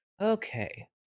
Okay